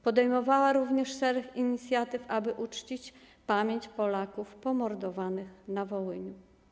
Podejmowała również szereg inicjatyw, aby uczcić pamięć Polaków pomordowanych na Wołyniu.